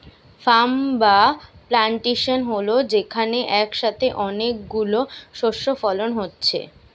farm বা plantation হল যেখানে একসাথে অনেক গুলো শস্য ফলন হচ্ছে